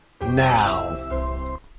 now